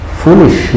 foolish